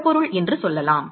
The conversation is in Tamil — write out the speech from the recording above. திடப்பொருள் என்று சொல்லலாம்